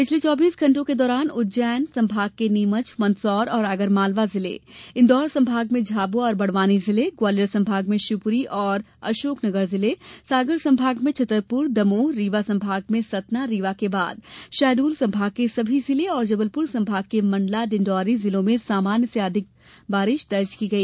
पिछले चौबीस घण्टों के दौरान उज्जैन संभाग के नीमच मन्दसौर और आगरमालवा जिले इन्दौर संभाग में झाबुआ और बडवानी जिले ग्वालियर संभाग में शिवपूरी और अशोकनगर जिले सागर संभाग में छतरपूर और दमोह रीवा संभाग में सतना और रीवा के बाद शहडोल संभाग के सभी जिले और जबलपुर संभाग के मण्डला डिण्डौरी जिलों में सामान्य से अधिक बारिश दर्ज की गई